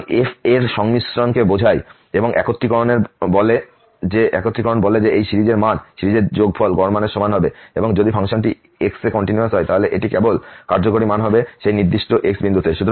সুতরাং এটি f এর সংমিশ্রণকে বোঝায় এবং একত্রীকরণ বলে যে এই সিরিজের মান সিরিজের যোগফল গড় মানের সমান হবে এবং যদি ফাংশনটি x এ কন্টিনিউয়াস হয় তাহলে এটি কেবল কার্যকরী মান হবে সেই নির্দিষ্ট x বিন্দুতে